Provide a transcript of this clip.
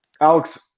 Alex